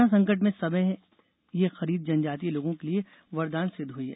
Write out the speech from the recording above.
corona संकट में समय यह खरीद जनजातीय लोगों के लिए वरदान सिद्ध हई है